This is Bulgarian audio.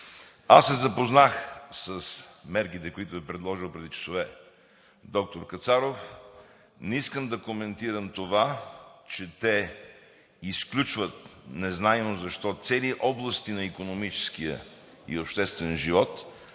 Аз се запознах с мерките, които е предложил преди часове доктор Кацаров. Не искам да коментирам това, че те изключват, незнайно защо, цели области на икономическия и обществен живот,